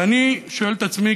ואני שואל את עצמי,